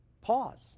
Pause